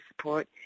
support